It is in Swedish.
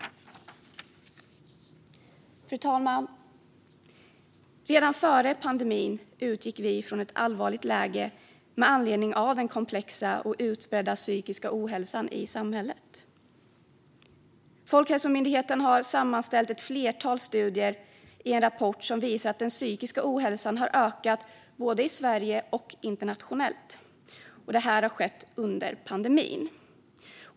Fru talman! Redan före pandemin utgick vi från ett allvarligt läge med anledning av den komplexa och utbredda psykiska ohälsan i samhället. Folkhälsomyndigheten har sammanställt ett flertal studier i en rapport som visar att den psykiska ohälsan har ökat både i Sverige och internationellt under pandemin.